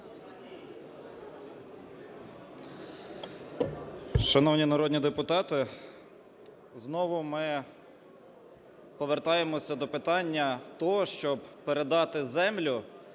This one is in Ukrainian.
Шановні народні депутати, знову ми повертаємося до питання того, щоб передати землю,